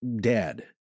dead